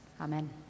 Amen